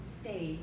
stay